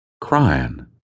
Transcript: crying